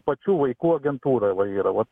pačių vaikų agentūra va yra va